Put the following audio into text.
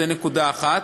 זו נקודה אחת.